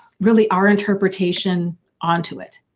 really our interpretation onto it.